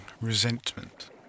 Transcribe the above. resentment